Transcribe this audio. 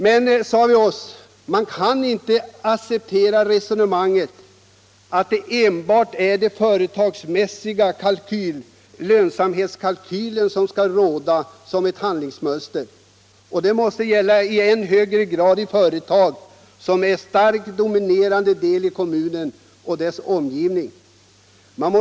Men, sade vi oss, man kan inte acceptera resonemanget att det enbart är den företagsmässiga lönsamhetskalkylen som skall avgöra handlingsmönstret. Det måste gälla i än högre grad för företag som är en dominerande del av näringslivet i en kommun och dess ompgivning.